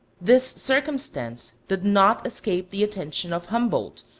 this circumstance did not escape the attention of humboldt,